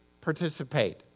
participate